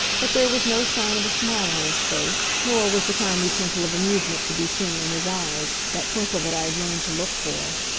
but there was no sign of a smile on his face, nor was the kindly twinkle of amusement to be seen in his eyes that twinkle that i had learned to look for.